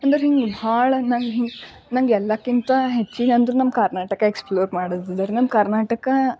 ಅಂದ್ರೆ ಹಿಂಗ ಭಾಳ ನಂಗೆ ಹಿಂಗ ನಂಗೆ ಎಲ್ಲಕ್ಕಿಂತ ಹೆಚ್ಚಿಗೆ ಅಂದ್ರೆ ನಮ್ಮ ಕರ್ನಾಟಕ ಎಕ್ಸಪ್ಲೋರ್ ಮಾಡೋದಿದೆರಿ ನಮ್ಮ ಕರ್ನಾಟಕ